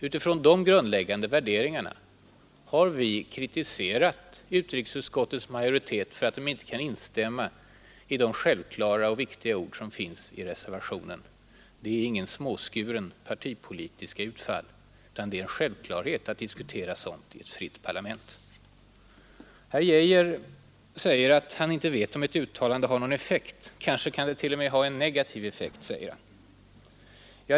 Utifrån dessa grundläggande värderingar har vi kritiserat utrikesutskottets majoritet för att den inte kan instämma i de självklara och viktiga ord som finns i reservationen. Det är inget småskuret politiskt utfall — det är en självklarhet att diskutera sådant i ett fritt parlament. Herr Arne Geijer i Stockholm säger att han inte vet om ett uttalande har någon effekt. Kanske kan det t.o.m. ha negativ effekt, menar han.